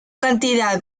cantidad